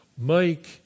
Mike